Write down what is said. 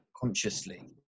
consciously